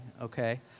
okay